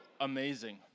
amazing